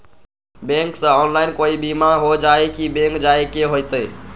Bank से online कोई बिमा हो जाई कि बैंक जाए के होई त?